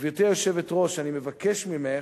גברתי היושבת-ראש, אני מבקש ממך,